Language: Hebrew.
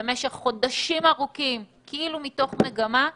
שבמשך חודשים אחרים, כאילו מתוך מגמה,